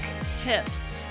tips